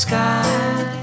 Sky